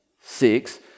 Six